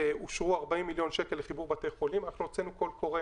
איך זה קרה?